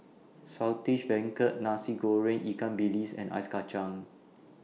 Saltish Beancurd Nasi Goreng Ikan Bilis and Ice Kacang